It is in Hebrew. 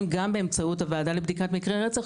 גם באמצעות הוועדה לבדיקת מקרי רצח,